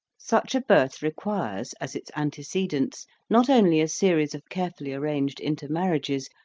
such a birth requires, as its antecedents, not only a series of carefully arranged intermarriages,